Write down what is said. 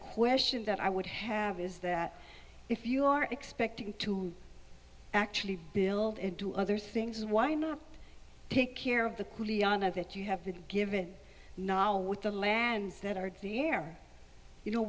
question that i would have is that if you are expecting to actually build and do other things why not take care of the coulee honor that you have been given now with the lands that are the air you know